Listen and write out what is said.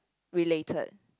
related